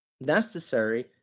necessary